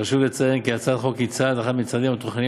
חשוב לציין כי הצעת החוק היא צעד אחד מהצעדים המתוכננים